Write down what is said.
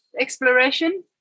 exploration